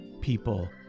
people